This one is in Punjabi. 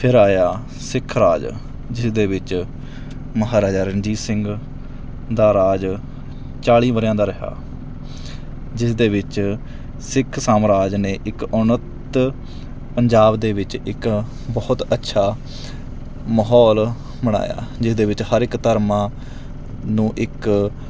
ਫਿਰ ਆਇਆ ਸਿੱਖ ਰਾਜ ਜਿਹਦੇ ਵਿੱਚ ਮਹਾਰਾਜਾ ਰਣਜੀਤ ਸਿੰਘ ਦਾ ਰਾਜ ਚਾਲੀ ਵਰ੍ਹਿਆਂ ਦਾ ਰਿਹਾ ਜਿਸ ਦੇ ਵਿੱਚ ਸਿੱਖ ਸਾਮਰਾਜ ਨੇ ਇੱਕ ਉੱਨਤ ਪੰਜਾਬ ਦੇ ਵਿੱਚ ਇੱਕ ਬਹੁਤ ਅੱਛਾ ਮਾਹੌਲ ਬਣਾਇਆ ਜਿਹਦੇ ਵਿੱਚ ਹਰ ਇੱਕ ਧਰਮਾਂ ਨੂੰ ਇੱਕ